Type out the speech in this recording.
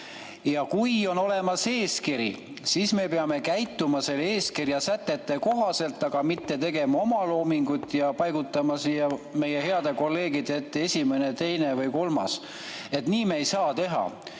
ja kui on olemas eeskiri, siis me peame käituma selle eeskirja sätete kohaselt, mitte tegema omaloomingut ja paigutama siia meie heade kolleegide ette I, II või III. Nii me ei saa teha.